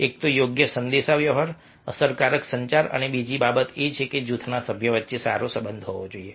એક તો યોગ્ય સંદેશાવ્યવહાર અસરકારક સંચાર અને બીજી બાબત એ છે કે જૂથના સભ્યો વચ્ચે સારો સંબંધ હોવો જોઈએ